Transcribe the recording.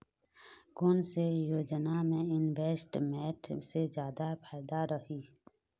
कोन सा योजना मे इन्वेस्टमेंट से जादा फायदा रही?